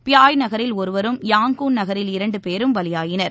Pyay நகரில் ஒருவரும் Yangon நகரில் இரண்டு பேரும் பலியாயினர்